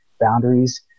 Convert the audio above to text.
boundaries